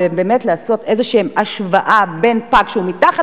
באמת לעשות איזו השוואה בין פג שהוא מתחת